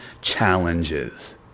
challenges